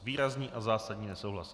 Výrazný a zásadní nesouhlas.